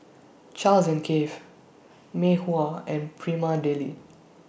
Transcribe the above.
Charles and Keith Mei Hua and Prima Deli